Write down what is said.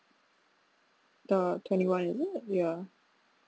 the twenty one is it ya